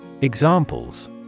Examples